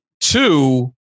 Two